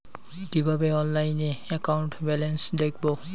কিভাবে অনলাইনে account balance দেখবো?